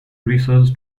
research